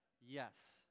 Yes